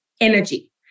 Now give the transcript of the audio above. energy